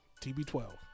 TB12